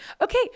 Okay